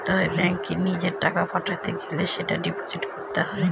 ব্যাঙ্কে নিজের টাকা পাঠাতে গেলে সেটা ডিপোজিট করতে হয়